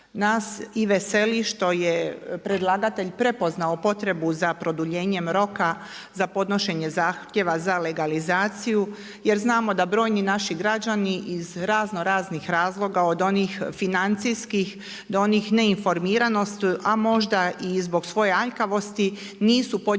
Nas i veseli što je predlagatelj prepoznao potrebu za produljenjem roka za podnošenje zahtjeva za legalizaciju, jer znamo da brojni naši građani iz razno raznih razloga od onih financijskih do onih neinformiranosti, a možda i zbog svoje aljkavosti nisu podnijeli